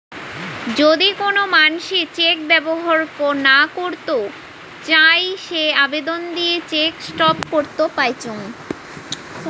যদি কোন মানসি চেক ব্যবহর না করত চাই সে আবেদন দিয়ে চেক স্টপ করত পাইচুঙ